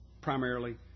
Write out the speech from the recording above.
primarily